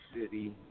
City